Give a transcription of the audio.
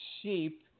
sheep